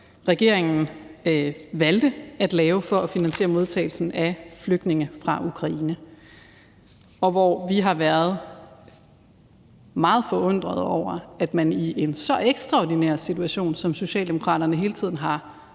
regeringen valgte at lave for at finansiere modtagelsen af flygtninge fra Ukraine, og hvor vi har været meget forundrede over, at man i en så ekstraordinær situation, som Socialdemokraterne hele tiden har